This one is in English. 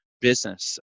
business